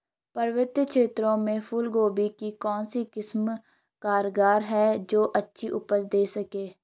पर्वतीय क्षेत्रों में फूल गोभी की कौन सी किस्म कारगर है जो अच्छी उपज दें सके?